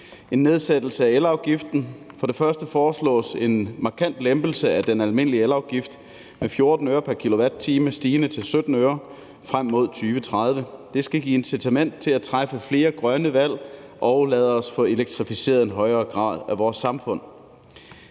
en nedsættelse af elafgiften. Der foreslås en markant lempelse af den almindelige elafgift med 14 øre pr. kilowatt-time stigende til 17 øre frem mod 2030. Det skal give incitament til at træffe flere grønne valg og gøre, at vi i højere grad får